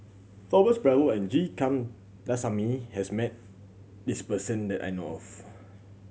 Thomas Braddell and G Kandasamy has met this person that I know of